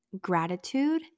gratitude